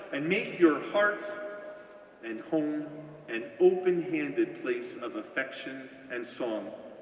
and make your hearts and home an open-handed place of affection and song,